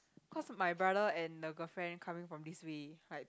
cause my brother and the girlfriend coming from this way like